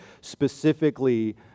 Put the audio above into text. specifically